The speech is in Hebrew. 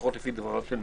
לפחות לפי דבריו של ניר,